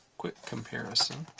quick comparison